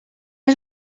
has